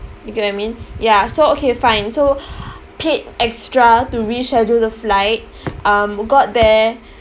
you get what I mean ya so okay fine so paid extra to reschedule the flight um got there